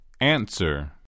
Answer